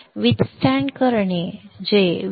withstand म्हणून पहा